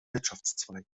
wirtschaftszweig